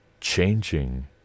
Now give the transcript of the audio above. changing